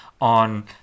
on